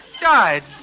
died